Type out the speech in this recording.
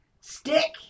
stick